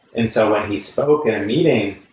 and so when he spoke in a meeting,